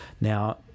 now